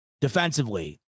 defensively